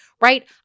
Right